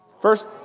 First